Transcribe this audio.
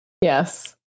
Yes